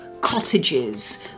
cottages